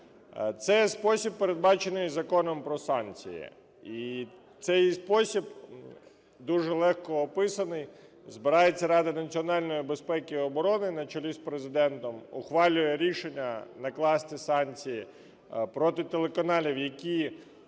Це спосіб, передбачений Законом "Про санкції". І цей спосіб дуже легко описаний. Збирається Рада національної безпеки і оборони на чолі з Президентом, ухвалює рішення накласти санкції проти телеканалів, які